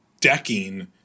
decking